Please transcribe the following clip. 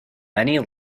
many